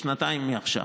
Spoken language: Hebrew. שנתיים מעכשיו.